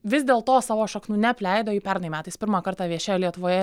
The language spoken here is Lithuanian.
vis dėlto savo šaknų neapleido ji pernai metais pirmą kartą viešėjo lietuvoje